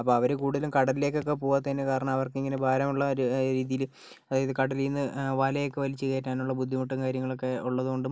അപ്പം അവര് കൂടുതലും കടലിലേക്ക് ഒക്കെ പോകാത്തതിൻ്റെ കാരണം അവർക്ക് ഇങ്ങനെ ഭാരമുള്ള രീതിയില് അതായത് കടലിൽ നിന്ന് വല ഒക്കെ വലിച്ച് കയറ്റാനുള്ള ബുദ്ധിമുട്ടും കാര്യങ്ങളും ഒക്കെ ഉള്ളത് കൊണ്ടും